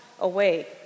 away